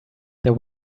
there